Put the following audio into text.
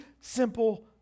simple